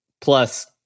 plus